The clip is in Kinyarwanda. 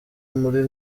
muri